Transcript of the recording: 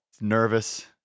nervous